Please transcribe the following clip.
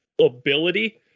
ability